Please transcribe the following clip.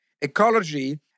ecology